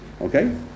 Okay